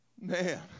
man